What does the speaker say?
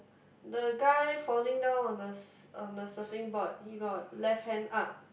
the guy falling down on the su~ on the surfing board he got left hand up